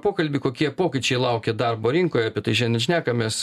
pokalbį kokie pokyčiai laukia darbo rinkoj apie tai šiandien ir šnekamės